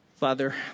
Father